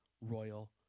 royal